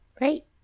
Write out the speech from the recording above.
Right